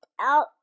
out